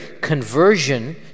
conversion